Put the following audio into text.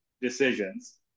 decisions